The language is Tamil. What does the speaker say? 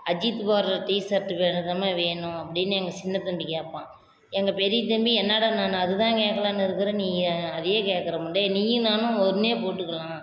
அஜித் போடுற டிசர்ட் வேணுனம்மா வேணும் அப்படின்னு எங்கள் சின்ன தம்பி கேட்பான் எங்கள் பெரிய தம்பி என்னடா நான் அது தான் கேட்கலான்னு இருக்கிறேன் நீ அதையே கேட்கற டேய் நீயும் நானும் ஒன்றே போட்டுக்கலாம்